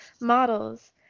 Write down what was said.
Models